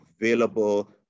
available